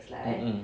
mm mm